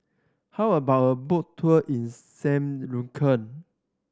how about a boat tour in Saint Lucia